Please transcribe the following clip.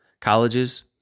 colleges